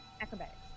Acrobatics